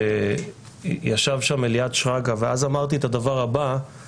ישב שם אליעד שרגא ואמרתי שאני